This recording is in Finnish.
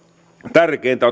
tärkeintä